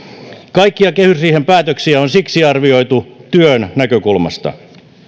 kaikkia kehysriihen päätöksiä on siksi arvioitu työn näkökulmasta